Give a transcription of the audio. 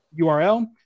URL